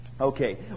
Okay